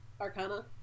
Arcana